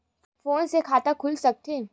Phone से खाता खुल सकथे?